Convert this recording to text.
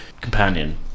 companion